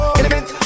element